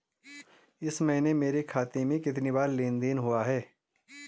इस महीने मेरे खाते में कितनी बार लेन लेन देन हुआ है?